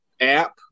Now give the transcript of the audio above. app